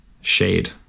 Shade